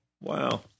Wow